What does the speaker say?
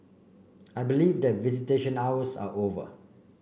I believe that visitation hours are over